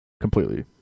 completely